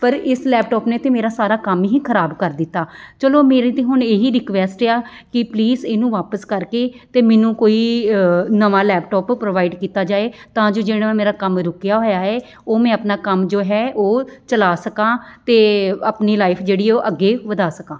ਪਰ ਇਸ ਲੈਪਟੋਪ ਨੇ ਤਾਂ ਮੇਰਾ ਸਾਰਾ ਕੰਮ ਹੀ ਖਰਾਬ ਕਰ ਦਿੱਤਾ ਚਲੋ ਮੇਰੀ ਤਾਂ ਹੁਣ ਇਹੀ ਰਿਕੁਐਸਟ ਆ ਕਿ ਪਲੀਜ਼ ਇਹਨੂੰ ਵਾਪਸ ਕਰਕੇ ਅਤੇ ਮੈਨੂੰ ਕੋਈ ਨਵਾਂ ਲੈਪਟੋਪ ਪ੍ਰੋਵਾਈਡ ਕੀਤਾ ਜਾਵੇ ਤਾਂ ਜੋ ਜਿਹੜਾ ਮੇਰਾ ਕੰਮ ਰੁਕਿਆ ਹੋਇਆ ਹੈ ਉਹ ਮੈਂ ਆਪਣਾ ਕੰਮ ਜੋ ਹੈ ਉਹ ਚਲਾ ਸਕਾਂ ਅਤੇ ਆਪਣੀ ਲਾਈਫ ਜਿਹੜੀ ਉਹ ਅੱਗੇ ਵਧਾ ਸਕਾਂ